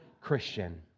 Christian